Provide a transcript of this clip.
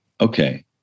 okay